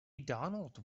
donald